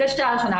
זו שאלה ראשונה.